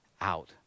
out